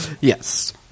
Yes